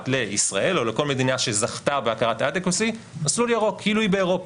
לישראל או לכל מדינה שזכתה בהכרת adequacy מסלול ירוק כאילו היא באירופה,